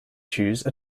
choose